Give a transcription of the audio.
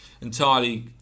entirely